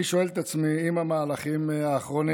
אני שואל את עצמי אם המהלכים האחרונים